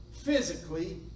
physically